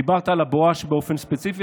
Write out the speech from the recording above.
דיברת על הבואש באופן ספציפי,